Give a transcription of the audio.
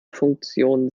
funktion